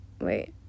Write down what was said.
Wait